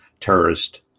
terrorist